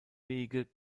wege